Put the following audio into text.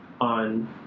on